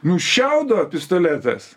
nu šiaudo pistoletas